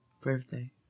birthday